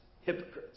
hypocrites